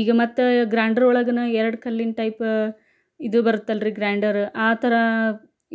ಈಗ ಮತ್ತೆ ಗ್ರಾಂಡ್ರ್ ಒಳಗೇನೆ ಎರ್ಡು ಕಲ್ಲಿನ ಟೈಪ ಇದು ಬರುತ್ತಲ್ರಿ ಗ್ರಾಂಡರ ಆ ಥರ